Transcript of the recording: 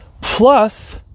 Plus